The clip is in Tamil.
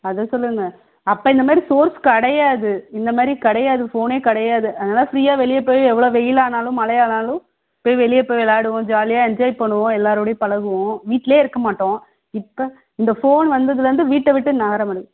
அதை சொல்லுங்கள் அப்போ இந்த மாதிரி சோர்ஸ் கிடையாது இந்த மாதிரி கிடையாது ஃபோனே கிடையாது அதனால் ஃப்ரீயா வெளிய போய் எவ்வளோ வெயிலானாலும் மழையானாலும் போய் வெளிய போய் விளையாடுவோம் ஜாலியாக என்ஜாய் பண்ணுவோம் எல்லாரோடையும் பழகுவோம் வீட்டிலே இருக்க மாட்டோம் இப்போ இந்த ஃபோன் வந்ததுலேருந்து வீட்டை விட்டு நகரமாட்டது